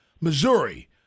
Missouri